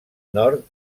nord